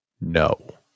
no